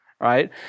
right